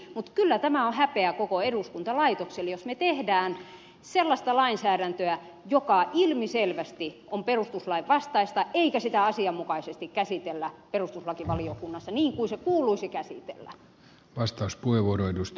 mutta kyllä tämä on häpeä koko eduskuntalaitokselle jos me teemme sellaista lainsäädäntöä joka ilmiselvästi on perustuslain vastaista ja jota ei asianmukaisesti käsitellä perustuslakivaliokunnassa niin kuin se kuuluisi käsitellä